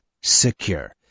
secure